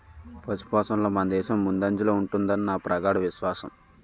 పశుపోషణలో మనదేశం ముందంజలో ఉంటుదని నా ప్రగాఢ విశ్వాసం